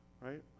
Right